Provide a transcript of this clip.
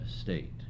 state